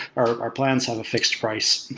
our our plans have a fixed price,